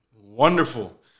Wonderful